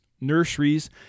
Nurseries